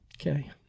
Okay